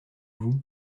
vous